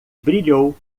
brilhou